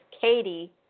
Katie